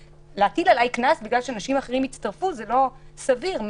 להטיל עליי קנס בגלל שאנשים אחרים הגיעו לאותו מקום זה לא דבר סביר.